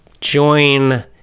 join